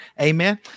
Amen